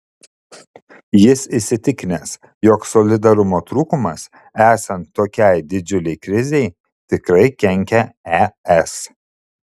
jis įsitikinęs jog solidarumo trūkumas esant tokiai didžiulei krizei tikrai kenkia es